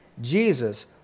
Jesus